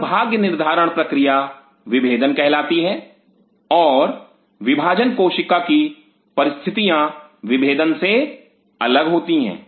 यह भाग्य निर्धारण प्रक्रिया विभेदन कहलाती है और विभाजन कोशिका की परिस्थितियां विभेदन से अलग होती हैं